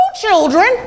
children